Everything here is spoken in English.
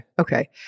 Okay